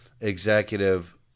executive